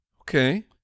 Okay